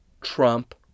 Trump